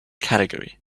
category